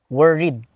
worried